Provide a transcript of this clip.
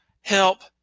help